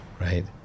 right